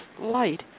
light